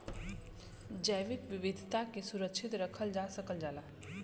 जैविक विविधता के सुरक्षित रखल जा सकल जाला